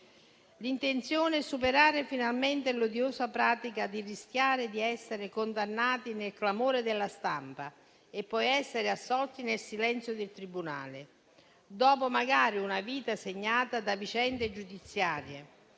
L'intenzione è superare finalmente l'odiosa pratica di rischiare di essere condannati nel clamore della stampa e poi essere assolti nel silenzio del tribunale, dopo magari una vita segnata da vicende giudiziarie.